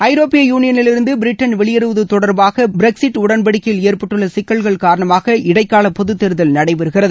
ஐரோப்பிய யூனியளிலிருந்து பிரிட்டன் வெளியேறுவது தொடர்பாக பிரக்ஸிட் உடன்படிக்கையில் ஏற்பட்டுள்ள சிக்கல்கள் காரணமாக இடைக்கால பொதுத் தேர்தல் நடைபெறுகிறது